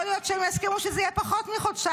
יכול להיות שהם יסכימו גם שזה יהיה פחות מחודשיים.